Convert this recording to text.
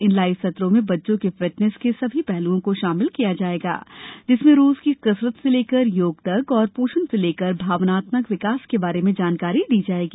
इन live सत्रों में बच्चों की फिटनेस के सभी पहलुओं को शामिल किया जायेगा जिसमें रोज की कसरत से लेकर योग तक और पोषण से लेकर भावनात्मक विकास के बारे में जानकारी दी जायेगी